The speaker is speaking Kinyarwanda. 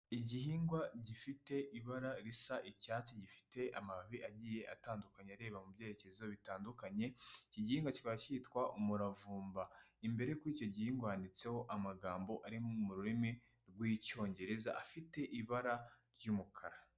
Igihingwa gifite ibara risa icyatsi gifite amababi agiye atandukanye areba mu byerekezo bitandukanye iki gihingwa kiba cyitwa umuravumba imbere kuri iki gihingwa handitseho amagambo ari mu rurimi rw'icyongereza afite ibara ry'umukara.